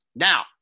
Now